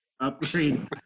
Upgrade